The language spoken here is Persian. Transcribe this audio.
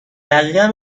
دقیقا